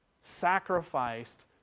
sacrificed